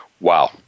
Wow